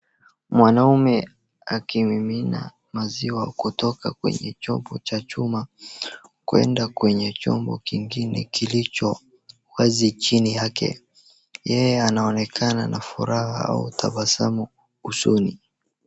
Mwanaume akimimina maziwa kutoka kwenye chombo cha chuma kwenda kwenye chombo kingine kilicho wazi chini yake. Yeye anaoneka ana furaha au tabasamu usoni.